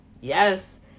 yes